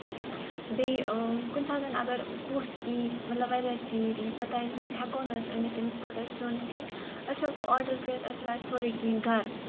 بیٚیہِ کُنہِ ساتن اَگر پوٚژھ یی مطلب واریاہ ژیٖر یی پَتہٕ آسہِ ہیٚکو نہٕ أنِتھ تٔمِس خٲطر سیُن کیٚنٛہہ أسۍ ہیٚکو آرڈر کٔرِتھ آسہِ واتہِ سورُے کیٚنٛہہ گرٕ